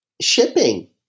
shipping